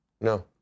No